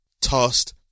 tossed